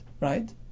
right